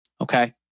Okay